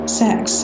sex